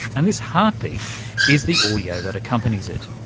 and this heatbeat is the audio that accompanies it.